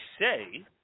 say